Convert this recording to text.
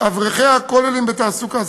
אברכי הכוללים בתעסוקה,